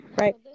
Right